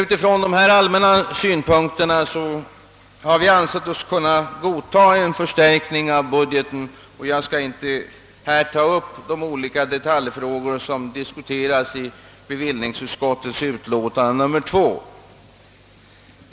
Utifrån dessa allmänna synpunkter har vi ansett oss kunna godtaga en förstärkning av budgeten, och jag skall inte här ta upp de olika detaljfrågor som behandlas i bevillningsutskottets betänkande nr 2.